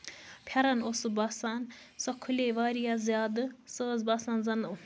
پھیرَن اوس سُہ باسان سۄ کھُلے واریاہ زیادٕ سۅ ٲسۍ باسان زَن